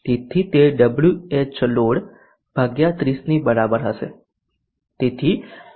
તેથી તે Whload 30 ની બરાબર હશે